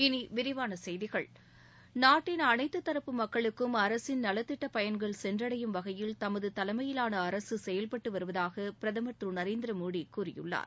இனி விரிவான செய்திகள் நாட்டின் அனைத்து தரப்பு மக்களுக்கும் அரசின் நலத்திட்ட பயன்கள் சென்றடையும் வகையில் தமது தலைமையிலான அரசு செயல்பட்டு வருவதாக பிரதமர் திரு நரேந்திரமோடி கூறியுள்ளார்